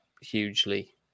hugely